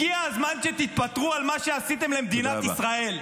הגיע הזמן שתתפטרו על מה שעשיתם למדינת ישראל.